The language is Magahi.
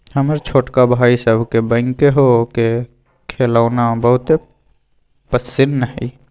हमर छोटका भाई सभके बैकहो के खेलौना बहुते पसिन्न हइ